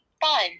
fun